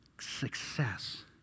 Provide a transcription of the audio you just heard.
Success